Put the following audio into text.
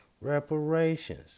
Reparations